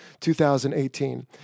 2018